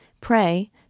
pray